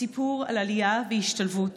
סיפור על עלייה והשתלבות,